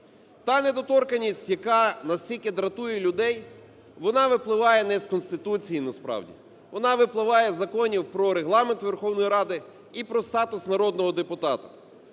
Та недоторканність, яка настільки дратує людей, вона випливає не з Конституції насправді, вона випливає з законів про Регламент Верховної Ради і про статус народного депутата.